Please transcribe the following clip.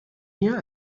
mehr